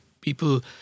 people